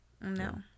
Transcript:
No